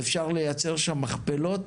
ואפשר לייצר שם מכפלות